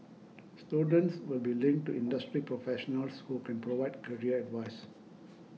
students will be linked to industry professionals who can provide career advice